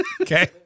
Okay